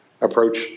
approach